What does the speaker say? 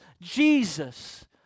Jesus